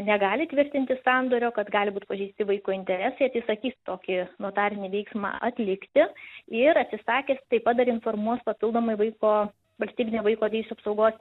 negali tvirtinti sandorio kad gali būt pažeisti vaiko interesai atsisakys tokį notarinį veiksmą atlikti ir atsisakęs tai pat dar informuos papildomai vaiko valstybinę vaiko teisių apsaugos